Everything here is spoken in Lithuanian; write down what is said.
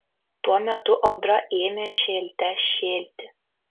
tuo metu audra ėmė šėlte šėlti